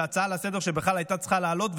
הצעה לסדר-יום שבכלל הייתה צריכה לעלות,